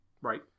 Right